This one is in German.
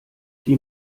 die